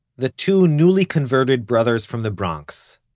the two newly-converted brothers from the bronx,